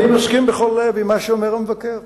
אני מסכים בכל לב עם מה שאומר המבקר